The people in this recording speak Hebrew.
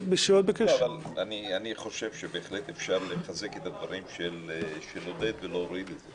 אני חושב שבהחלט אפשר לחזק את הדברים של עודד ולהוריד את זה